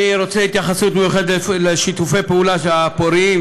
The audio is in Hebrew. התייחסות מיוחדת לשיתופי הפעולה הפוריים